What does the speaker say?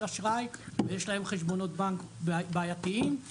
אשראי או יש להם חשבונות בנק בעייתיים,